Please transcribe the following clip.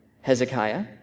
Hezekiah